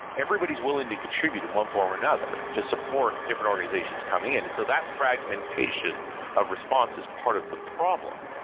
everybody's willing to contribute in one form or another to support different organizations coming in, and so that fragmentation of response as part of the problem.